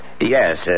Yes